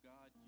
God